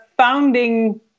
founding